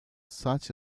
such